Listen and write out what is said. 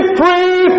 free